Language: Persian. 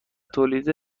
تولید